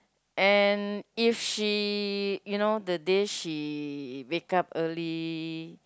and if she you know the day she wake up early